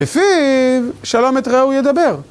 לפיו שלום את רעהו ידבר.